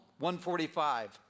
145